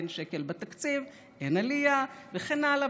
אין שקל בתקציב, אין עלייה, וכן הלאה.